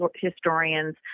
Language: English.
historians